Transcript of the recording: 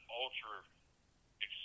ultra